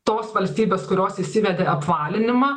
tos valstybės kurios įsivedė apvalinimą